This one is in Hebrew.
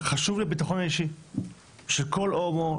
חשוב לי הביטחון האישי של כל הומו,